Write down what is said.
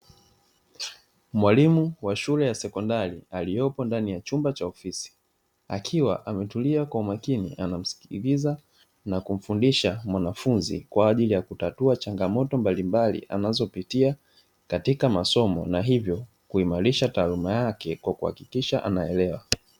Mwalimu wa shule ya sekondari, aliyopo ndani ya chumba cha ofisi, akiwa ametulia kwa umakini anamsikiliza na kumfundisha mwanafunzi kwa ajili ya kutatua changamoto mbalimbali anazopitia katika masomo, na hivyo kuimarisha taaluma yake kwa kuhakikisha anaelewa.